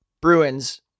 Bruins